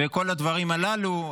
וכל הדברים הללו.